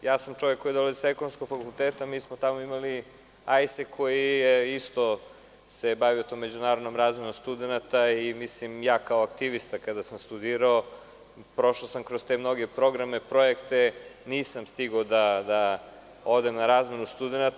Ja sam čovekkoji dolazi sa ekonomskog fakulteta, mi smo tamo imali AIESEC, koji se takođe bavio tom međunarodnom razmenom studenta i ja kao aktivista kada sam studirao prošao sam kroz te mnoge programe, projekte i nisam stigao da odem na razmenu studenata.